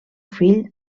fill